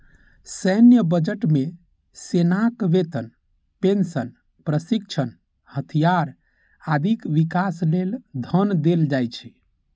सैन्य बजट मे सेनाक वेतन, पेंशन, प्रशिक्षण, हथियार, आदिक विकास लेल धन देल जाइ छै